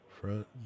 Front